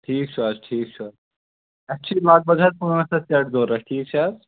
ٹھیٖک چھُو حظ ٹھیٖک چھُو حظ اَسہِ چھِ لگ بھگ حظ پانٛژھ ہَتھ سیٹ ضروٗرت ٹھیٖک چھَ حظ